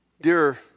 Dear